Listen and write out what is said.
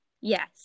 Yes